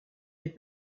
des